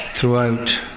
throughout